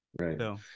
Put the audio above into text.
Right